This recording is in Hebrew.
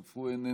אף הוא איננו,